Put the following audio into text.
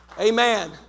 Amen